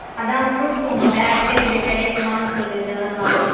அதுதான் ஃப்ரூட்ஸ் உங்கள் பேக்கரியில் கிடைக்குமானு சொல்றதுக்காக கால் பண்ணினேன்